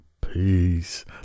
peace